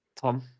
Tom